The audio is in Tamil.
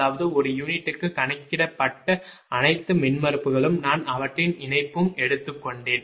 அதாவது ஒரு யூனிட்டுக்கு கணக்கிடப்பட்ட அனைத்து மின்மறுப்புகளும் நான் அவற்றின் இணைப்பும் எடுத்துக்கொண்டேன்